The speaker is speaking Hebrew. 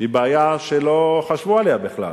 היא בעיה שלא חשבו עליה בכלל.